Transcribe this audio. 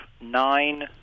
nine